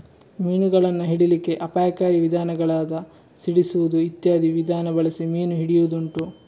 ಮೀನುಗಳನ್ನ ಹಿಡೀಲಿಕ್ಕೆ ಅಪಾಯಕಾರಿ ವಿಧಾನಗಳಾದ ಸಿಡಿಸುದು ಇತ್ಯಾದಿ ವಿಧಾನ ಬಳಸಿ ಮೀನು ಹಿಡಿಯುದುಂಟು